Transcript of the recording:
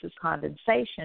condensation